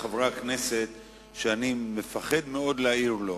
מחברי הכנסת שאני מפחד מאוד להעיר לו,